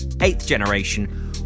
eighth-generation